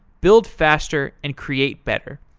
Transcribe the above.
build faster and create better.